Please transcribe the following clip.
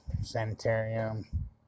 Sanitarium